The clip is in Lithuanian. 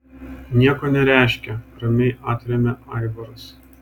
nieko nereiškia ramiai atremia aivaras